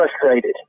frustrated